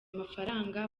mafaranga